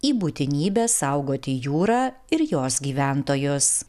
į būtinybę saugoti jūrą ir jos gyventojus